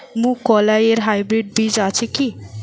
মুগকলাই এর হাইব্রিড বীজ আছে কি?